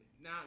now